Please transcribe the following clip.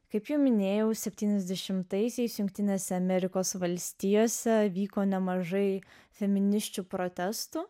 kaip jau minėjau septyniasdešimtaisiais jungtinėse amerikos valstijose vyko nemažai feminisčių protestų